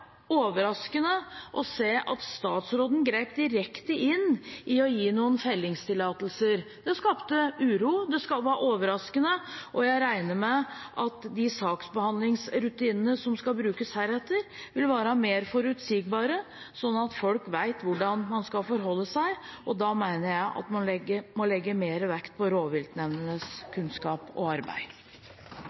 overraskende å se at statsråden grep direkte inn i å gi noen fellingstillatelser. Det skapte uro, det var overraskende. Jeg regner med at de saksbehandlingsrutinene som skal brukes heretter, vil være mer forutsigbare, sånn at folk vet hvordan man skal forholde seg, og da mener jeg at man må legge mer vekt på rovviltnemndenes kunnskap og arbeid.